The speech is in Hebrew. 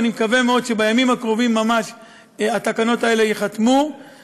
ואני מקווה מאוד שבימים הקרובים ממש התקנות האלה ייחתמו,